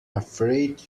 afraid